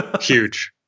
huge